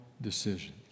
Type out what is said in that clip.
Decision